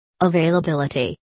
Availability